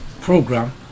program